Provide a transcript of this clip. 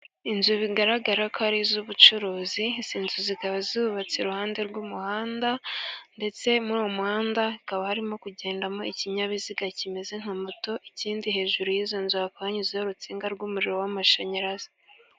Inzu bigaragara ko ari iz'ubucuruzi, izi inzu zikaba zubatse iruhande rw'umuhanda, ndetse muri uwo muhanda hakaba harimo kugendamo ikinyabiziga kimeze nka moto. Ikindi hejuru yizo nzu hanyuzeho urutsinga rw'umuriro w'amashanyarazi.